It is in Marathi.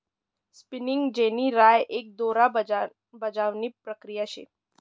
स्पिनिगं जेनी राय एक दोरा बजावणी प्रक्रिया शे